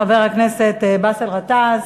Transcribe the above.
חבר הכנסת באסל גטאס,